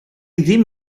ddim